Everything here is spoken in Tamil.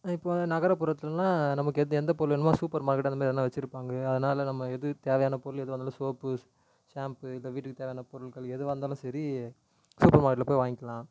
ஆனால் இப்போ நகர்புறத்துலனா நமக்கு எந்த எந்த பொருள் வேணுமோ சூப்பர் மார்க்கெட் அந்த மாரி எதுனா வெச்சிருப்பாங்க அதனால நம்ம எது தேவையான பொருள் எதுவாக இருந்தாலும் சோப்பு ஷி ஷாம்பு இது வீட்டுக்கு தேவையான பொருட்கள் எதுவாக இருந்தாலும் சரி சூப்பர் மார்க்கெட்டில் போய் வாங்கிக்கலாம்